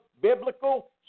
Biblical